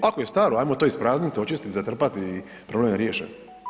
Ako je staro ajmo to ispraznit, očistit, zatrpat i problem je riješen.